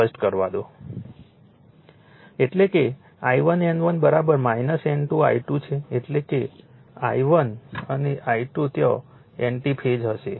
એટલે કે I1 N1 N2 I2 છે એટલે કે I1 અને I2 ત્યાં એન્ટિ ફેઝ હશે